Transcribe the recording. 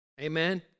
Amen